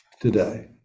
today